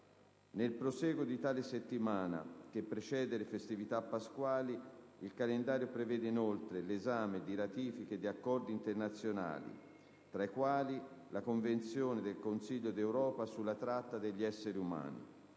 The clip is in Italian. Nel prosieguo di tale settimana che precede le festività pasquali, il calendario prevede inoltre l'esame di ratifiche di accordi internazionali - tra i quali la Convenzione del Consiglio d'Europa sulla tratta di esseri umani